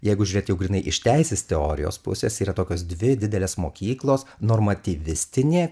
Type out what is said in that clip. jeigu žiūrėt jau grynai iš teisės teorijos pusės yra tokios dvi didelės mokyklos normatyvistinė